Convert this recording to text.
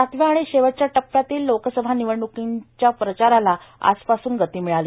सातव्या आणि शेवटच्या टप्प्यातील लोकसभा निवडण्कांच्या प्रचाराला आज पासून गती मिळाली